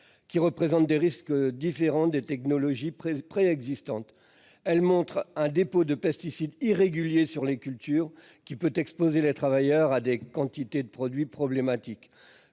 qui représente des risques différents des technologies préexistantes. Elle montre un dépôt de pesticides irrégulier sur les cultures, qui peut exposer les travailleurs à des quantités de produits problématiques.